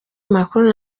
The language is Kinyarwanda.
makuru